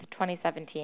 2017